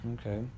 Okay